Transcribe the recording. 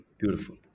Beautiful